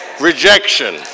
rejection